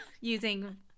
using